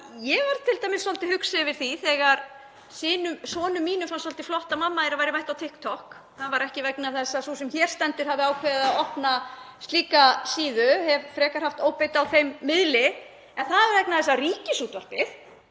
ég varð t.d. svolítið hugsi yfir því þegar sonum mínum fannst svolítið flott að mamma þeirra væri mætt á TikTok. Það var ekki vegna þess að sú sem hér stendur hefði ákveðið að opna slíka síðu, hef frekar haft óbeit á þeim miðli, en það er vegna þess að Ríkisútvarpið